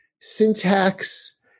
syntax